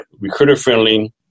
recruiter-friendly